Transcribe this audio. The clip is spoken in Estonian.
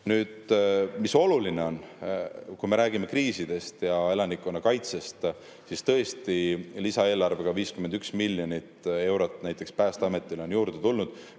Nüüd, mis oluline on, kui me räägime kriisidest ja elanikkonnakaitsest, siis tõesti lisaeelarvega 51 miljonit eurot näiteks Päästeametile on juurde tulnud.